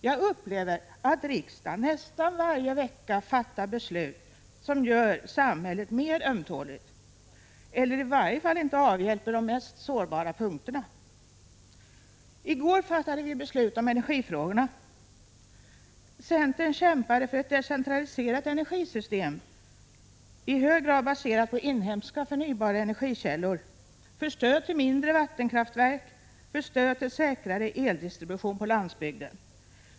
Jag upplever att riksdagen nästan varje vecka fattar beslut som gör samhället mer ömtåligt, eller i varje fall inte avhjälper de mest sårbara punkterna. I går fattade vi beslut om energifrågor. Centern kämpade för ett decentraliserat energisystem, i hög grad baserat på inhemska förnybara energikällor, för stöd till mindre vattenkraftverk och för stöd till säkrare eldistribution på landsbygden.